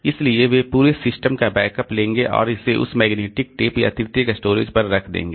इसलिए वे पूरे सिस्टम का बैकअप लेंगे और इसे उस मैग्नेटिक टेप या तृतीयक स्टोरेज पर रख देंगे